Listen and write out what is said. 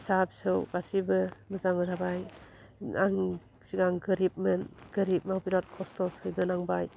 फिसा फिसौ गासिबो मोजां जाबाय आं सिगां गोरिबमोन गोरिबाव बिराथ खस्थ' सैबोनांबाय